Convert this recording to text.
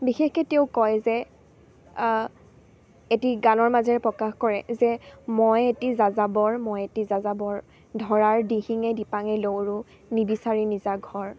বিশেষকে তেওঁ কয় যে এটি গানৰ মাজেৰে প্ৰকাশ কৰে যে মই এটি যাযাবৰ মই এটি যাযাবৰ ধৰাৰ দিহিঙে দিপাঙে লৌৰো নিবিচাৰি নিজা ঘৰ